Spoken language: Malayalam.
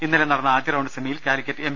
ഇന്നലെ നടന്ന ആദ്യറൌണ്ട് സെമിയിൽ കാലിക്കറ്റ് എം